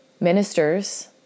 ministers